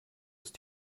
ist